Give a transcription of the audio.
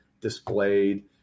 displayed